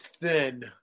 thin